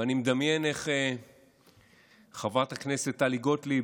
ואני מדמיין איך חברת הכנסת טלי גוטליב